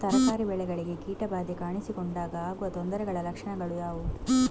ತರಕಾರಿ ಬೆಳೆಗಳಿಗೆ ಕೀಟ ಬಾಧೆ ಕಾಣಿಸಿಕೊಂಡಾಗ ಆಗುವ ತೊಂದರೆಗಳ ಲಕ್ಷಣಗಳು ಯಾವುವು?